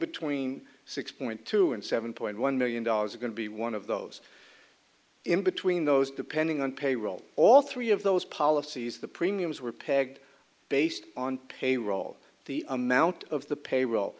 between six point two and seven point one million dollars going to be one of those in between those depending on payroll all three of those policies the premiums were pegged based on payroll the amount of the payroll